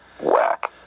whack